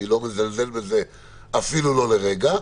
אני לא מזלזל בזה אפיל לא לרגע,